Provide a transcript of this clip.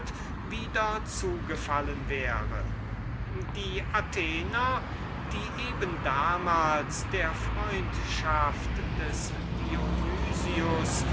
wieder zugefallen wäre die athenienser waren damals eben zu gewissen handlungs absichten der freundschaft des